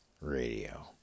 Radio